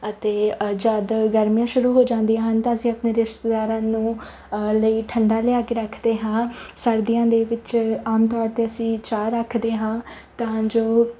ਅਤੇ ਜਦੋਂ ਗਰਮੀਆਂ ਸ਼ੁਰੂ ਹੋ ਜਾਂਦੀਆਂ ਹਨ ਤਾਂ ਅਸੀਂ ਆਪਣੇ ਰਿਸ਼ਤੇਦਾਰਾਂ ਨੂੰ ਲਈ ਠੰਡਾ ਲਿਆ ਕੇ ਰੱਖਦੇ ਹਾਂ ਸਰਦੀਆਂ ਦੇ ਵਿੱਚ ਆਮ ਤੌਰ 'ਤੇ ਅਸੀਂ ਚਾਹ ਰੱਖਦੇ ਹਾਂ ਤਾਂ ਜੋ